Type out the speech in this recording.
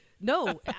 No